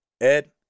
ed